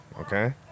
okay